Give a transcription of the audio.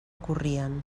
corrien